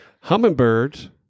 Hummingbirds